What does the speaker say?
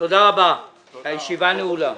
תודה רבה, הישיבה נעולה.